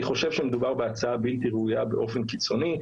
אני חושב שמדובר בהצעה בלתי ראויה באופן קיצוני,